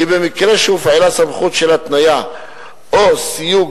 כי במקרה שהופעלה סמכות של התניה או סיוג